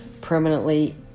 permanently